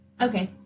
okay